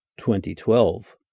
2012